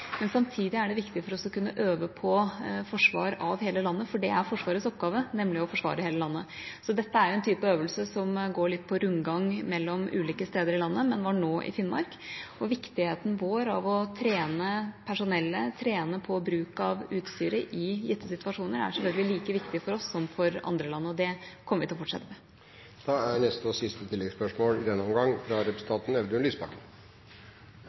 Samtidig er det viktig for oss å kunne øve på forsvar av hele landet, for det er nemlig Forsvarets oppgave å forsvare hele landet. Så dette er en type øvelse som går litt på rundgang mellom ulike steder i landet, men som nå var i Finnmark. Det å trene personellet og trene på bruk av utstyret i gitte situasjoner er selvfølgelig like viktig for oss som for andre land, og det kommer vi til å fortsette med. Audun Lysbakken – til oppfølgingsspørsmål. SV har stått sammen med regjeringen i